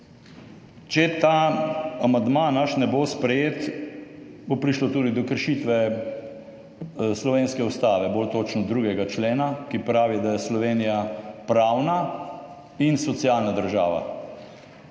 Če ta naš amandma ne bo sprejet, bo prišlo tudi do kršitve slovenske ustave, bolj točno 2. člena Ustave, ki pravi, da je Slovenija pravna in socialna država.